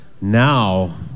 now